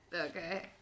Okay